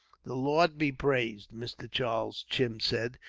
the lord be praised, mr. charles, tim said,